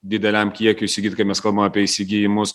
dideliam kiekiui įsigyt kai mes kalbam apie įsigijimus